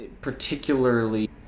particularly